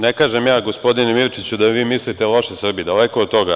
Ne kažem ja gospodine Mirčiću da vi mislite loše Srbiji, daleko od toga.